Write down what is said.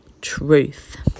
truth